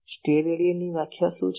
સ્ટેરાડિયનની વ્યાખ્યા શું છે